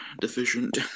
deficient